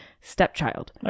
stepchild